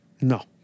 No